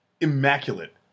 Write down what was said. immaculate